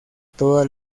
toda